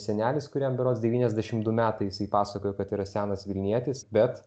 senelis kuriam berods devyniasdešimt du metais pasakojo kad yra senas vilnietis bet